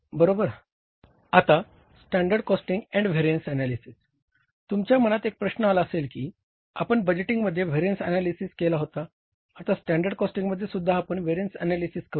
आता standard costing and variance analysis तुमच्या मनात एक प्रश्न आला असेल की आपण बजेटिंगमध्ये व्हेरिअन्स ऍनालिसिस केला होता आता स्टँडर्ड कॉस्टिंगमध्ये सुद्धा आपण व्हेरिअन्स ऍनालिसिस करूया